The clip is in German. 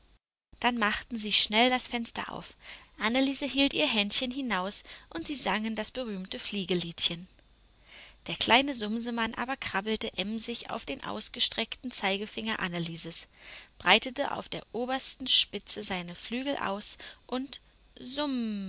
dann machten sie schnell das fenster auf anneliese hielt ihr händchen hinaus und sie sangen das berühmte fliegeliedchen der kleine sumsemann aber krabbelte emsig auf den ausgestreckten zeigefinger annelieses breitete auf der obersten spitze seine flügel aus und summ